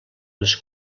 les